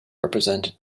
represented